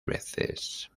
veces